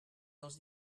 dels